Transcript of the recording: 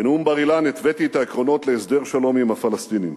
בנאום בר-אילן התוויתי את העקרונות להסדר שלום עם הפלסטינים: